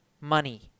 money